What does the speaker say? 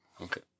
Okay